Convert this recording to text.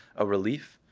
a relief,